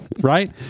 Right